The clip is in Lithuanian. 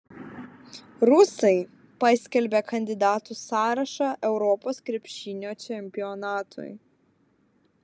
rusai paskelbė kandidatų sąrašą europos krepšinio čempionatui